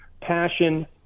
passion